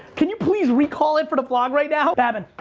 can you please recall it for the vlog right now? babin,